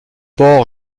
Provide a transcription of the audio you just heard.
porc